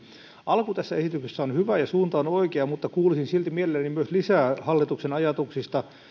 alku tässä esityksessä on hyvä ja suunta on on oikea mutta kuulisin silti mielelläni myös lisää hallituksen ajatuksista